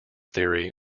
theory